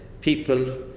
people